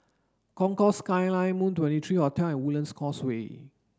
Concourse Skyline Moon twenty three Hotel Woodlands Causeway